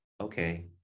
Okay